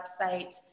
website